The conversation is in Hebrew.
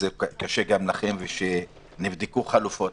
קשה גם לכם ושנבדקו חלופות.